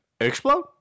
explode